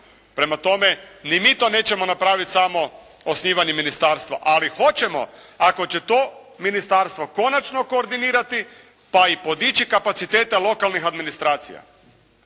Prema tome, ni mi to nećemo napravit samo osnivanjem ministarstva, ali hoćemo ako će to ministarstvo konačno koordinirati pa i podići kapacitete lokalnih administracija.